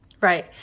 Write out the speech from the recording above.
Right